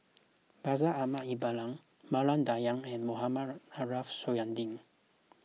Bashir Ahmad Mallal Maria Dyer and Mohamed Ariff Suradi